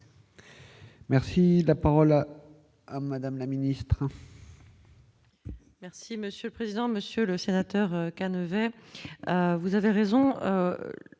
Merci, la parole à Madame la Ministre. Merci monsieur le président, Monsieur le Sénateur qu'à Nevers, vous avez raison,